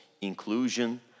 inclusion